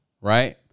right